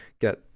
get